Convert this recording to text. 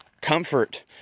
comfort